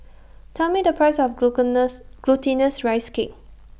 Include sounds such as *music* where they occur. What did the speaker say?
Tell Me The Price of *unintelligible* Glutinous Rice Cake